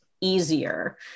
easier